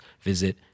visit